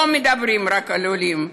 לא מדברים רק על עולים,